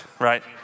right